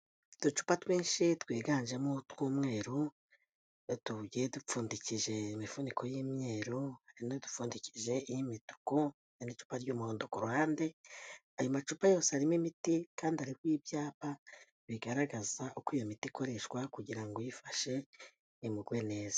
Uducupa twinshi twiganjemo utw'umweru, tugiye dupfundikije imifuniko y'imyeru hari n'udupfundikishije iy'imituku, hari n'icupa ry'umuhondo ku ruhande, ayo macupa yose arimo imiti kandi ariho ibyapa bigaragaza uko iyo miti ikoreshwa kugira ngo uyifashe imugwe neza.